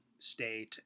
state